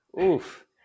Oof